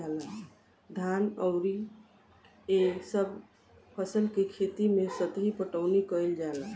धान अउर गेंहू ए सभ फसल के खेती मे सतही पटवनी कइल जाला